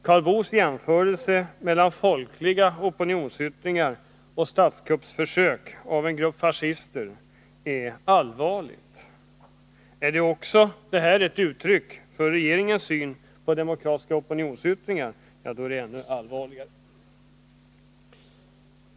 Karl Boos jämförelse mellan folkliga opinionsyttringar och statskuppsförsök av en grupp fascister är allvarlig. Är det här också ett uttryck för regeringens syn på demokratiska opinionsyttringar, är det ännu allvarligare!